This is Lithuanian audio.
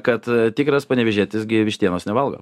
kad tikras panevėžietis gi vištienos nevalgo